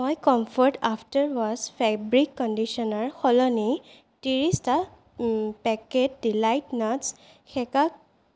মই comfort after wash fabric conditioner সলনি ত্ৰিছটা পেকেট ডিলাইট নাটছ হেকা